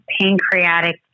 pancreatic